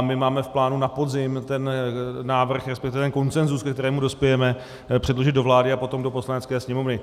My máme v plánu na podzim ten návrh, respektive ten konsenzus, ke kterému dospějeme, předložit do vlády a potom do Poslanecké sněmovny.